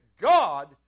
God